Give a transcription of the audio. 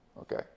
Okay